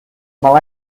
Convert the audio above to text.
mal